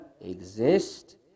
exist